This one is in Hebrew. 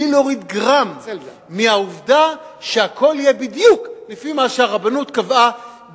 בלי להוריד גרם מהעובדה שהכול יהיה בדיוק לפי מה שהרבנות קבעה